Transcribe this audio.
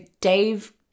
dave